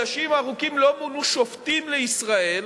ובמשך חודשים ארוכים לא מונו שופטים לישראל.